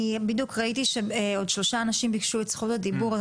ראיתי שעוד שלושה אנשים ביקשו רשות דיבור.